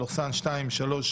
תודה לכם.